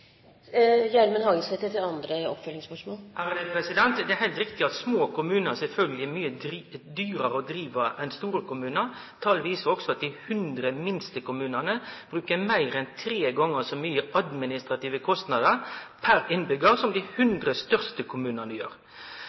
Det er heilt riktig at små kommunar sjølvsagt er mykje dyrare å drive enn store kommunar. Tal viser òg at dei 100 minste kommunane har meir enn tre gonger så mykje i administrative kostnader per innbyggjar som dei 100 største kommunane.